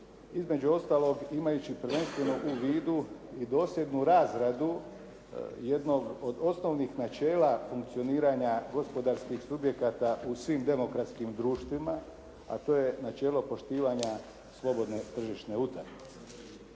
između ostaloga imajući prvenstveno u vidu i dosljednu razradu jednog od osnovnih načela funkcioniranja gospodarskih subjekata u svim demokratskim društvima a to je načelo poštivanja slobodne tržišne utakmice.